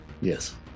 Yes